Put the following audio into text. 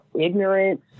ignorance